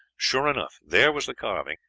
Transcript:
sure enough there was the carving,